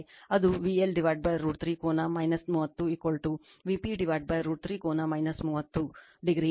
ಅದು VL √ 3 ಕೋನ 30 Vp √ 3 ಕೋನ 30 o